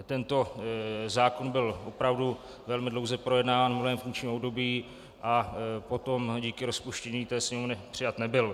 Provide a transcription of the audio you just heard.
Tento zákon byl opravdu velmi dlouze projednáván v minulém funkčním období a potom díky rozpuštění Sněmovny přijat nebyl.